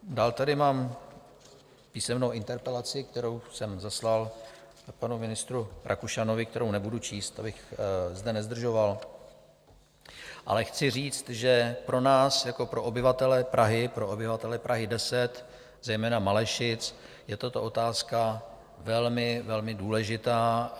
Dál tady mám písemnou interpelaci, kterou jsem zaslal panu ministru Rakušanovi, kterou nebudu číst, abych zde nezdržoval, ale chci říct, že pro nás jako pro obyvatele Prahy, pro obyvatele Prahy 10, zejména Malešic, je tato otázka velmi, velmi, důležitá.